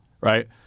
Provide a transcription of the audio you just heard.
right